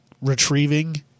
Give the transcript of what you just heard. retrieving